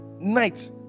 night